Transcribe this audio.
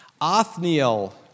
Othniel